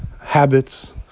habits